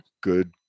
good